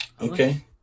Okay